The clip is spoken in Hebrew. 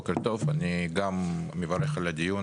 גם אני מברך על הדיון.